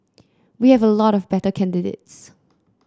we have a lot of better candidates